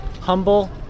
humble